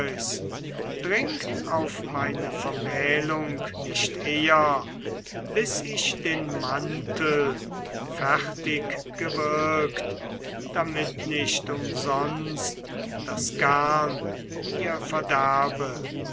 dringt auf meine vermählung nicht eher bis ich den mantel fertig gewirkt damit nicht umsonst das garn mir verderbe